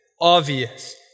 obvious